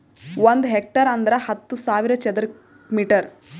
ಒಂದ್ ಹೆಕ್ಟೇರ್ ಅಂದರ ಹತ್ತು ಸಾವಿರ ಚದರ ಮೀಟರ್